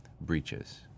breaches